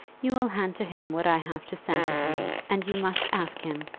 you will hand to him what i have to send to him and you must ask him,